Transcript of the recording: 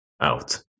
out